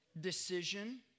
decision